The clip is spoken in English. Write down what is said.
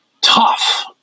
tough